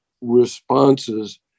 responses